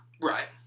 Right